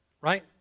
right